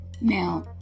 Now